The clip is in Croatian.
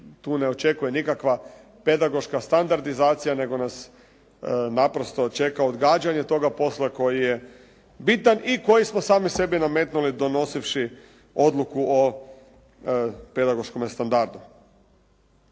tu ne očekuje nikakva pedagoška standardizacija nego nas naprosto čeka odgađanje toga posla koji je bitan i koji smo sami sebi nametnuli donosivši odluku o pedagoškome standrdu.